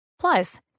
Plus